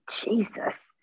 Jesus